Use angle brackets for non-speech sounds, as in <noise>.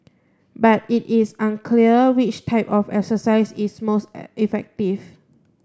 but it is unclear which type of exercise is most <unintelligible> effective